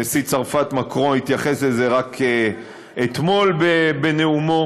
נשיא צרפת מקרון התייחס לזה רק אתמול בנאומו.